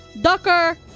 Ducker